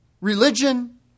religion